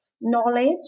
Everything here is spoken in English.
knowledge